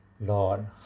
Lord